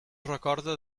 recorda